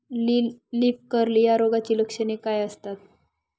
Leaf curl या रोगाची लक्षणे काय असतात?